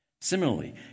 Similarly